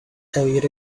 period